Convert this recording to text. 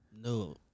no